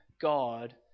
God